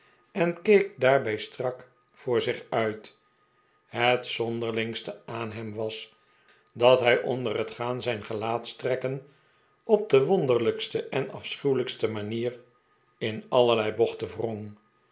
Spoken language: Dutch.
en keek daarbij strak voor zich uit het zonderlingste aan hem was dat hij onder het gaan zijn gelaatstrekken op de wonderlijkste en afschuwelijkste manier in allerlei bochten